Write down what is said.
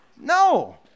no